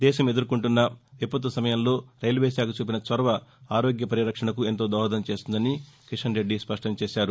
దేశం ఎదుర్కొంటున్న విపత్తు సమయంలో రైల్వేశాఖ చూపిన చౌరవ ఆరోగ్య వరిరక్షణకు ఎంతో దోహదం చేస్తుందని కిషన్రెడ్డి స్పష్టం చేశారు